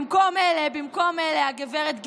במקום אלה, הגב' גז,